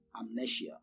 amnesia